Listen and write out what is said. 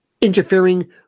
interfering